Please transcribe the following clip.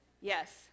Yes